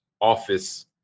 office